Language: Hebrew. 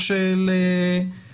בשביל זה צריך